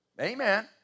Amen